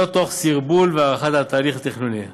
תוך סרבול והארכת ההליך התכנוני,